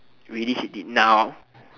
really hate it now